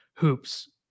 Hoops